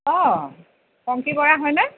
অঁ পম্পী বৰা হয়নে